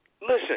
listen